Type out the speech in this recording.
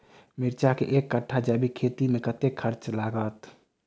मिर्चा केँ एक कट्ठा जैविक खेती मे कतेक खर्च लागत?